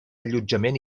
allotjament